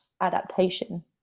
adaptation